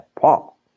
Paul